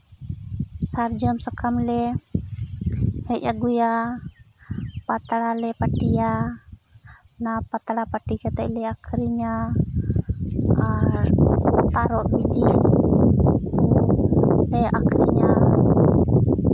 ᱥᱟᱨᱡᱚᱢ ᱥᱟᱠᱟᱢᱞᱮ ᱦᱮᱡ ᱟᱜᱩᱭᱟ ᱯᱟᱛᱲᱟᱞᱮ ᱯᱟᱴᱤᱭᱟ ᱚᱱᱟ ᱯᱟᱛᱲᱟ ᱯᱟᱴᱤ ᱠᱟᱛᱮᱞᱮ ᱟᱹᱠᱷᱨᱤᱧᱟ ᱟᱨ ᱛᱟᱨᱚᱵ ᱵᱤᱞᱤᱞᱮ ᱟᱠᱷᱨᱤᱧᱟ